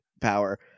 power